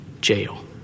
jail